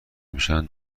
میشن